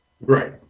Right